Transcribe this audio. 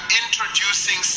introducing